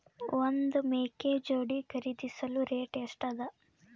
ಒಂದ್ ಮೇಕೆ ಜೋಡಿ ಖರಿದಿಸಲು ರೇಟ್ ಎಷ್ಟ ಅದ?